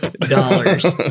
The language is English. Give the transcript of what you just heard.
dollars